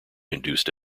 induced